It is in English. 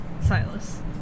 Silas